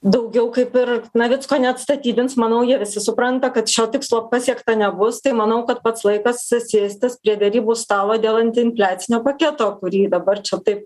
daugiau kaip ir navicko neatstatydins manau jie visi supranta kad šio tikslo pasiekta nebus tai manau kad pats laikas susėstis prie derybų stalo dėl antiinfliacinio paketo kurį dabar čia tai